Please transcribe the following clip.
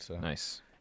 Nice